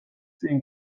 წინ